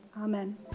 amen